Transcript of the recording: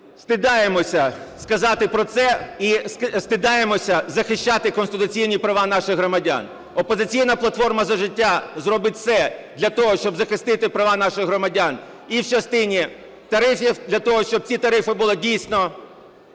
стидаємося сказати про це і стидаємося захищати конституційні права наших громадян. "Опозиційна платформа – За життя" зробить все для того, щоб захистити права наших громадян і в частині тарифів для того, щоб ці тарифи були дійсно